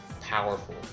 powerful